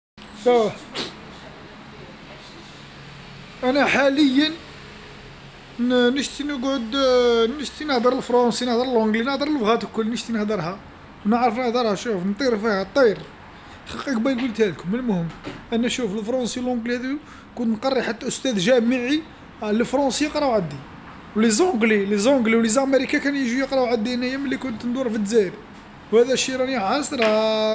أنا حاليا .نشتي نقعد نهدر الفرنسية نهر الإنجليزية نهدر اللغات الكل نشتي نهدرها ونعرف نهدرها، شوف نطير فيها نطير، خي قبيل قلتهالكم، المهم أنا شوف الفرنسية الإنجليزية هاذو كون نقري حتى أستاذ جامعي الفرونسي يقرا عندي، و الإنجليزيين الإنجليزيين والأمريكيين كانوا يجيو يقراو عندي هنايا ملي كنت ندور فالدزاير، وهذا الشي راني يا حسراه.